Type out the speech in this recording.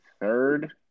third